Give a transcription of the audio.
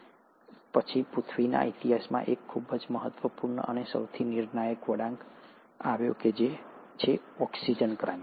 પરંતુ તે પછી પૃથ્વીના ઇતિહાસમાં એક ખૂબ જ મહત્વપૂર્ણ અને સૌથી નિર્ણાયક વળાંક આવ્યો છે અને તે છે ઓક્સિજન ક્રાંતિ